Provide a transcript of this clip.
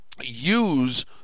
use